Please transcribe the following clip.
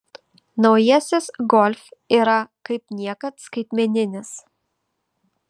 naujasis golf yra kaip niekad skaitmeninis